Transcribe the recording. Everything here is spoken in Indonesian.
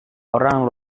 orang